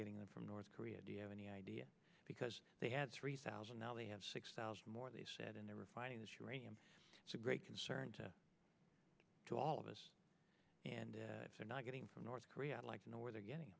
getting them from north korea d l any idea because they had three thousand now they have six thousand more they said and they're refining this uranium it's a great concern to to all of us and if they're not getting from north korea i'd like to know where they're getting